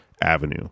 avenue